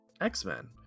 X-Men